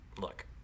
look